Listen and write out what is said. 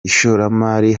ishoramari